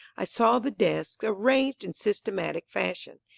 i saw the desks arranged in systematic fashion,